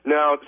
Now